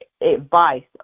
advice